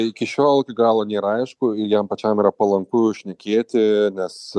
iki šiol iki galo nėra aišku ir jam pačiam yra palanku šnekėti nes